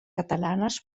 catalanes